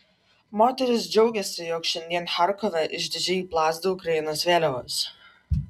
moteris džiaugiasi jog šiandien charkove išdidžiai plazda ukrainos vėliavos